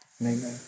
Amen